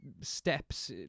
steps